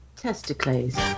Testicles